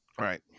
right